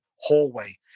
hallway